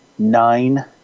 Nine